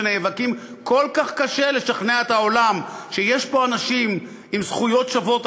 שנאבקים כל כך קשה לשכנע את העולם שיש פה אנשים עם זכויות שוות,